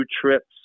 trips